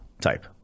type